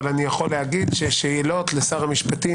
אבל אני יכול להגיד ששאלות לשר המשפטים,